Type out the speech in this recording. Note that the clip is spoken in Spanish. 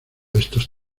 estos